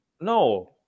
No